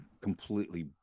completely